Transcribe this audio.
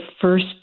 first